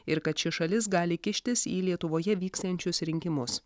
ir kad ši šalis gali kištis į lietuvoje vyksiančius rinkimus